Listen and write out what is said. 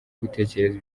gutekereza